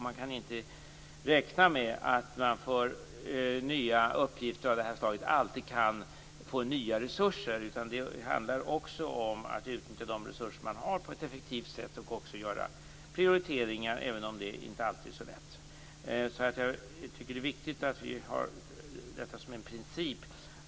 Man kan inte räkna med att man för nya uppgifter av detta slag alltid kan få nya resurser. Det handlar också om att utnyttja de resurser man har på ett effektivt sätt och göra prioriteringar, även om det inte alltid är så lätt. Jag tycker att det är viktigt att följa denna princip.